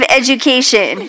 education